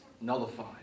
nullified